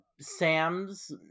Sam's